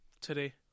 today